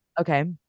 okay